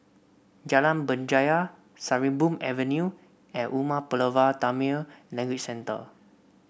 Jalan Berjaya Sarimbun Avenue and Umar Pulavar Tamil Language Centre